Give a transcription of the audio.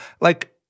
like-